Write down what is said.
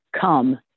come